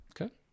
Okay